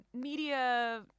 media